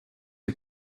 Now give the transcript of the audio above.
who